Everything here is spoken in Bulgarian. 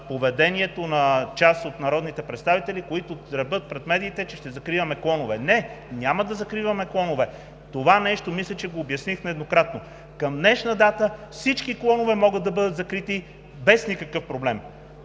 поведението на част от народните представители, които тръбят пред медиите, че ще закриваме клонове. Не, няма да закриваме клонове. Мисля, че това нещо го обясних нееднократно. Към днешна дата всички клонове могат да бъдат закрити без никакъв проблем,